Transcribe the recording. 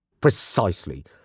Precisely